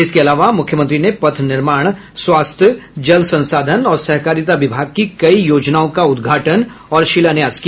इसके अलावा मुख्यमंत्री ने पथ निर्माण स्वास्थ्य जल संसाधन और सहकारिता विभाग की कई योजनाओं का उद्घाटन और शिलान्यास किया